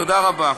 תודה רבה.